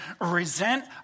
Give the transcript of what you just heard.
resent